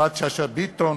יפעת שאשא ביטון